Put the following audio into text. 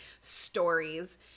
stories